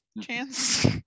chance